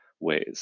ways